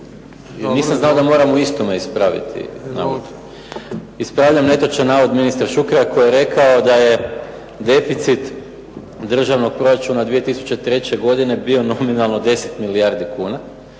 Nisam znao da moram u istome ispraviti navod. Ispravljam netočan navod ministra Šukera koji je rekao da je deficit Državnog proračuna 2003. godine bio nominalno 10 milijardi kuna